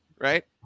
right